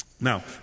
Now